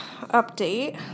update